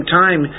time